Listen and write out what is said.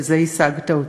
בזה השגת אותי.